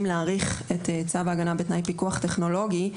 להאריך את צו ההגנה בתנאי פיקוח טכנולוגי.